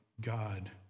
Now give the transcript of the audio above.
God